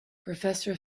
professor